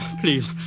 please